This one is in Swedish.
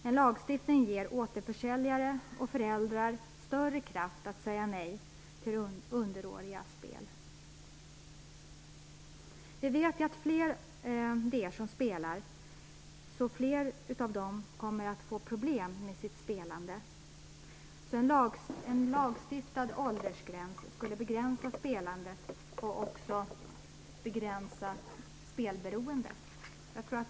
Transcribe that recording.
En lagstiftning ger återförsäljare och föräldrar större kraft att säga nej till underårigas spel. Vi vet att ju fler det är som spelar, desto fler är det som kommer att få problem med sitt spelande. En lagstiftad åldersgräns skulle begränsa spelandet och spelberoendet.